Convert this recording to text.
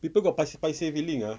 people got paiseh paiseh feeling ah